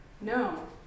No